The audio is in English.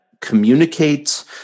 communicates